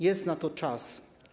Jest na to czas.